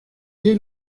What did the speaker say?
gai